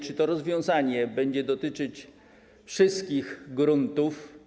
Czy to rozwiązanie będzie dotyczyć wszystkich gruntów?